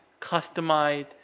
customized